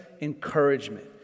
encouragement